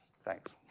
Thanks